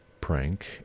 prank